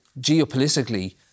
Geopolitically